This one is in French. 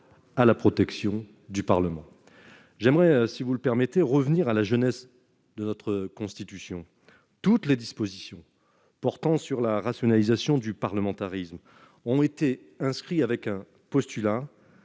à la protection du Parlement, j'aimerais, si vous le permettez, revenir à la jeunesse de notre constitution, toutes les dispositions portant sur la rationalisation du parlementarisme ont été inscrits avec un postulat